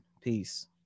peace